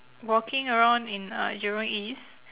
walking around in uh jurong east